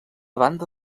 banda